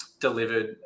delivered